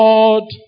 Lord